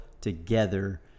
together